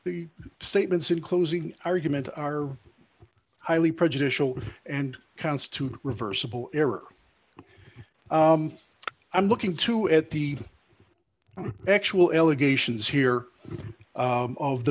the statements in closing argument are highly prejudicial and constitute reversible error i'm looking to at the actual allegations here of the